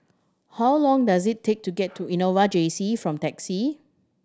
how long does it take to get to Innova J C from taxi